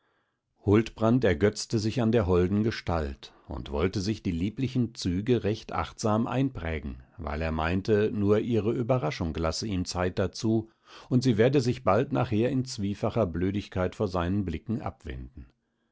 huldbrand ergötzte sich an der holden gestalt und wollte sich die lieblichen züge recht achtsam einprägen weil er meinte nur ihre überraschung lasse ihm zeit dazu und sie werde sich bald nachher in zwiefacher blödigkeit vor seinen blicken abwenden